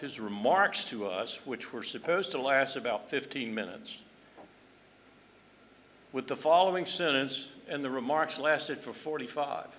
his remarks to us which were supposed to last about fifteen minutes with the following sentence and the remarks lasted for forty five